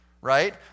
right